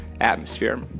atmosphere